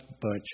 bunch